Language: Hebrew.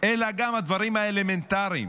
אלא גם בדברים האלמנטריים,